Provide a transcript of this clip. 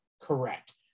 Correct